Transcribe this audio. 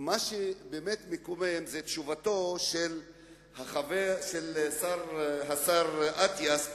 ומה שבאמת מקומם זה תשובתו של השר אטיאס,